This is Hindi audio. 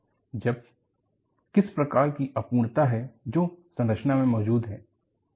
यह किस प्रकार की अपूर्णता है जो संरचना में मौजूद है